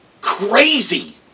crazy